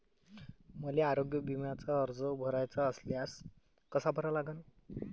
मले आरोग्य बिम्याचा अर्ज भराचा असल्यास कसा भरा लागन?